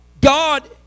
God